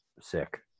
sick